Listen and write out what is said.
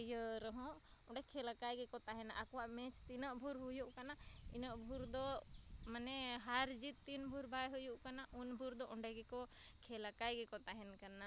ᱤᱭᱟᱹ ᱨᱮᱦᱚᱸ ᱚᱸᱰᱮ ᱠᱷᱮᱞᱟᱠᱟᱭ ᱜᱮᱠᱚ ᱛᱟᱦᱮᱱᱟ ᱟᱠᱚᱣᱟ ᱢᱮᱪ ᱛᱤᱱᱟᱹᱜᱵᱷᱩᱨ ᱦᱩᱭᱩᱜ ᱠᱟᱱᱟ ᱤᱱᱟᱹᱜᱵᱷᱩᱨ ᱫᱚ ᱢᱟᱱᱮ ᱦᱟᱨᱼᱡᱤᱛ ᱛᱤᱱᱵᱷᱩᱨ ᱵᱟᱭ ᱦᱩᱭᱩᱜ ᱠᱟᱱᱟ ᱩᱱᱵᱷᱩᱨᱫᱚ ᱚᱸᱰᱮᱜᱮᱠᱚ ᱠᱷᱮᱞᱟᱠᱟᱭ ᱜᱮᱠᱚ ᱛᱟᱦᱮᱱ ᱠᱟᱱᱟ